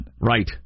Right